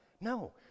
No